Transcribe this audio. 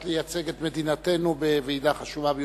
לייצג את מדינתנו בוועידה חשובה ביותר.